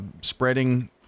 spreading